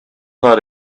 that